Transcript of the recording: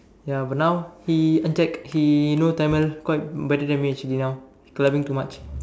ya but now he anjack he know Tamil quite better than me actually now he's clubbing too much